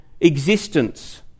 existence